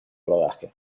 rodaje